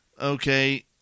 okay